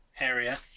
area